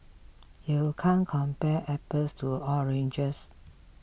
you can't compare apples to oranges